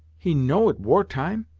he know it war-time,